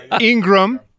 Ingram